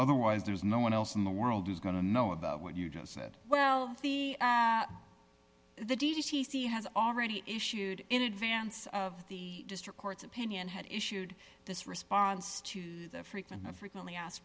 otherwise there's no one else in the world is going to know about what you just said well the the d c c has already issued in advance of the district court's opinion had issued this response to the frequent frequently ask